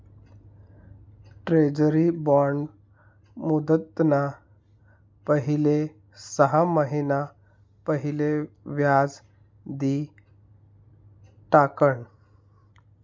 treasury bond मुदतना पहिले सहा महिना पहिले व्याज दि टाकण